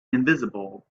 invisible